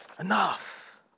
enough